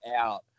out